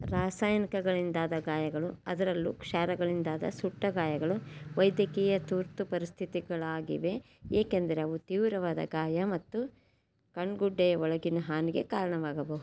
ರಾಸಾಯನಿಕಗಳಿಂದಾದ ಗಾಯಗಳು ಅದರಲ್ಲೂ ಕ್ಷಾರಗಳಿಂದಾದ ಸುಟ್ಟಗಾಯಗಳು ವೈದ್ಯಕೀಯ ತುರ್ತುಪರಿಸ್ಥಿತಿಗಳಾಗಿವೆ ಏಕೆಂದರೆ ಅವು ತೀವ್ರವಾದ ಗಾಯ ಮತ್ತು ಕಣ್ಣುಗುಡ್ಡೆಯ ಒಳಗಿನ ಹಾನಿಗೆ ಕಾರಣವಾಗಬಹುದು